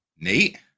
Nate